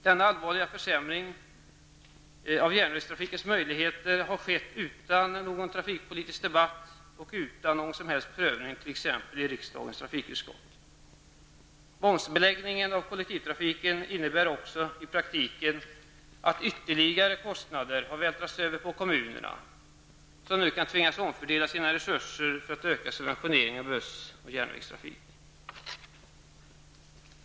Denna allvarliga försämring av järnvägstrafikens möjligheter har skett utan någon trafikpolitisk debatt och utan någon som helst prövning i t.ex. riksdagens trafikutskott. Momsbeläggningen av kollektivtrafiken innebär också i praktiken att ytterligare kostnader har vältrats över på kommunerna, som nu kan tvingas omfördela sina resurser för att öka subventioneringen av buss och järnvägstrafik.